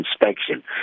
inspection